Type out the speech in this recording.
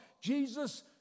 Jesus